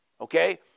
okay